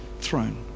throne